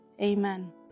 Amen